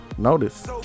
notice